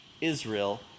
Israel